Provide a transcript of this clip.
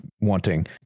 wanting